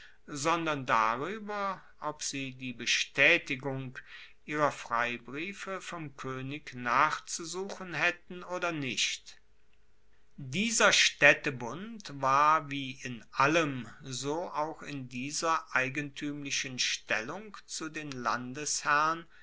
sondern darueber ob sie die bestaetigung ihrer freibriefe vom koenig nachzusuchen haetten oder nicht dieser staedtebund war wie in allem so auch in dieser eigentuemlichen stellung zu den landesherren